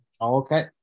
Okay